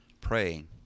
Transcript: praying